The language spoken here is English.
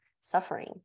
suffering